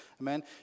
amen